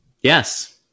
Yes